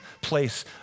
place